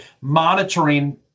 monitoring